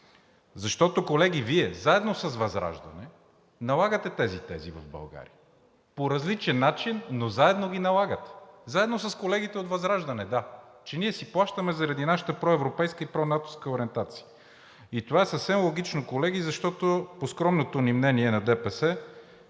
Защото, колеги, Вие заедно с ВЪЗРАЖДАНЕ налагате тези тези в България по различен начин, но заедно ги налагате. (Реплика.) Заедно с колегите от ВЪЗРАЖДАНЕ – да, че ние си плащаме заради нашата проевропейска и пронатовска ориентация. Това е съвсем логично, колеги, защото по скромното ни мнение – на ДПС,